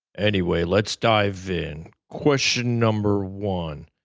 anyway, let's dive in. question number one,